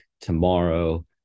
tomorrow